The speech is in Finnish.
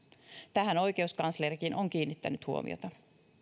tähän oikeuskanslerikin on kiinnittänyt huomiota